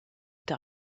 die